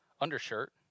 undershirt